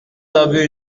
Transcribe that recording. avez